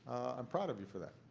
i'm proud of you for that.